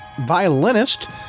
violinist